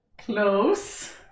Close